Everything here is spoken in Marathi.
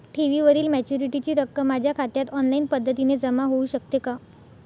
ठेवीवरील मॅच्युरिटीची रक्कम माझ्या खात्यात ऑनलाईन पद्धतीने जमा होऊ शकते का?